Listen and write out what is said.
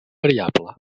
variable